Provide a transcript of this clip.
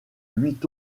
huit